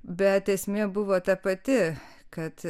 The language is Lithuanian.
bet esmė buvo ta pati kad